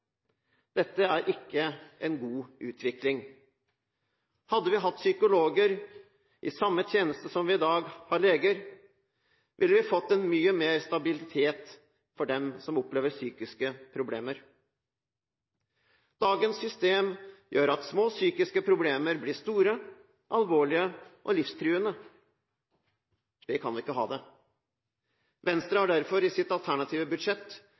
Dette er ikke en god utvikling. Hadde vi hatt psykologer i samme tjeneste som vi i dag har leger, ville vi fått mye mer stabilitet for dem som opplever psykiske problemer. Dagens system gjør at små psykiske problemer blir store, alvorlige og livstruende. Slik kan vi ikke ha det. Venstre har derfor i sitt alternative budsjett